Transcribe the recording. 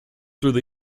through